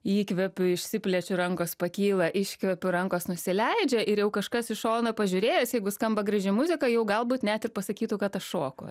įkvepiu išsiplečiu rankos pakyla iškvepiu rankos nusileidžia ir jau kažkas iš šono pažiūrėjus jeigu skamba graži muzika jau galbūt net ir pasakytų kad aš šoku